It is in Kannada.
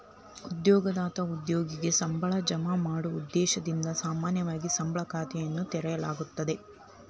ಉದ್ಯೋಗದಾತ ಉದ್ಯೋಗಿಗೆ ಸಂಬಳವನ್ನ ಜಮಾ ಮಾಡೊ ಉದ್ದೇಶದಿಂದ ಸಾಮಾನ್ಯವಾಗಿ ಸಂಬಳ ಖಾತೆಯನ್ನ ತೆರೆಯಲಾಗ್ತದ